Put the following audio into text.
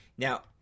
Now